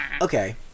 Okay